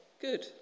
good